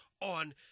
on